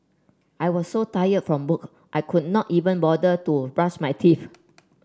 I was so tired from work I could not even bother to brush my teeth